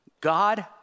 God